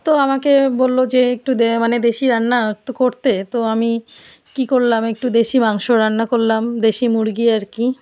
তো আমাকে বললো যে একটু দ্যা মানে দেশী রান্না একটু করতে তো আমি কী করলাম একটু দেশী মাংস রান্না করলাম দেশী মুরগী আর কি